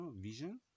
vision